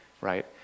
right